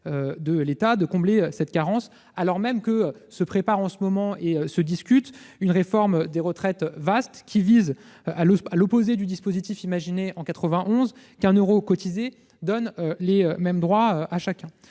de l'État, de combler cette carence, alors même que se prépare et se discute une vaste réforme des retraites visant, à l'opposé du dispositif imaginé en 1991, à ce qu'un euro cotisé donne les mêmes droits à chacun.